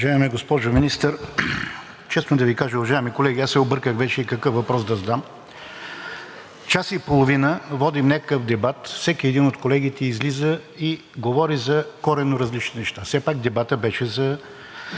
Уважаема госпожо Министър! Честно да Ви кажа, уважаеми колеги, обърках се вече какъв въпрос да задам. Час и половина водим някакъв дебат. Всеки един от колегите излиза и говори за коренно различни неща. Все пак дебатът беше за